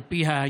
על פי הידיעה,